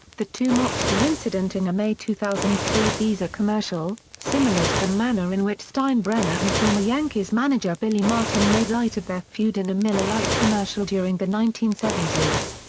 the two mocked the incident in a may two thousand three visa commercial, similar to the manner in which steinbrenner and former yankees manager billy martin made light of their feud in a miller lite commercial during the nineteen seventy s.